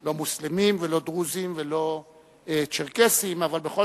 לא מוסלמים ולא דרוזים ולא צ'רקסים אבל בכל